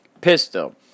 pistol